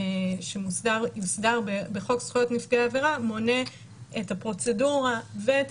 שיוסדר בחוק זכויות נפגעי עבירה מונה את הפרוצדורה ואת